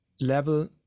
level